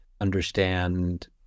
understand